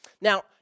Now